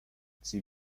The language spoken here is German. sie